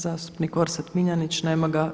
Zastupnik Orsat Miljanić, nema ga.